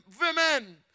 women